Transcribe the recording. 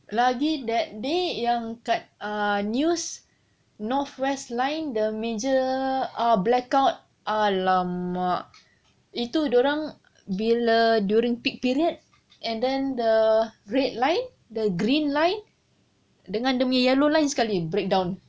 lagi that day yang kat ah news north west line the major ah blackout !alamak! itu dia orang during bila peak period and then the red line the green line dengan dia punya yellow line sekali breakdown